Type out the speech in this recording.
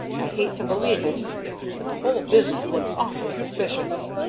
i hate to believe it but the whole business looks awfully suspicious.